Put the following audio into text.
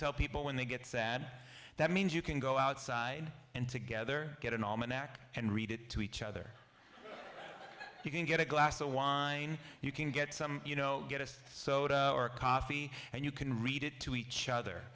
tell people when they get sad that means you can go outside and together get an almanac and read it to each other you can get a glass of wine you can get some you know get a soda or coffee and you can read it to each other